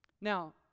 Now